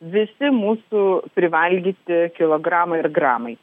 visi mūsų privalgyti kilogramai ir gramai